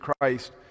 Christ